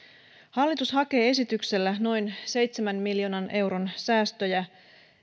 hallitus hakee esityksellä noin seitsemän miljoonan euron säästöjä